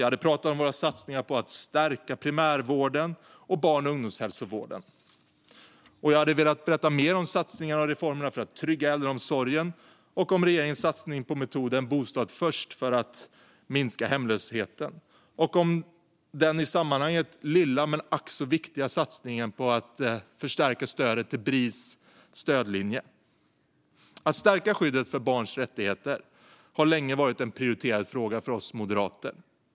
Jag hade pratat om våra satsningar på att stärka primärvården och barn och ungdomshälsovården. Jag hade också velat berätta mer om satsningarna och reformerna för en tryggare äldreomsorg, om regeringens satsning på metoden Bostad först för att minska hemlösheten och om den i sammanhanget lilla men ack så viktiga satsningen på att förstärka Bris stödlinje. Att stärka skyddet för barns rättigheter har länge varit en prioriterad fråga för oss moderater.